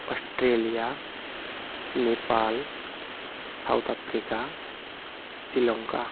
Australia Nepal south Africa Sri Lanka